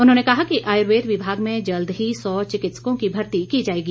उन्होंने कहा कि आयुर्वेद विभाग में जल्द ही सौ चिकित्सकों की भर्ती की जाएगी